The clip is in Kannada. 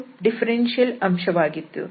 ಇದು ಡಿಫರೆನ್ಷಿಯಲ್ ಅಂಶ ವಾಗಿತ್ತು